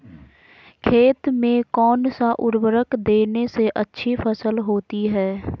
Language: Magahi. खेत में कौन सा उर्वरक देने से अच्छी फसल होती है?